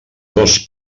dos